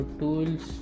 tools